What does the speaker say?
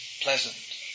pleasant